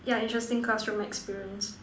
yeah interesting classroom experience